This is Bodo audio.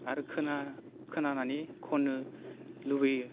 आरो खोनानानै खन्नो लुबैयो